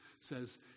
says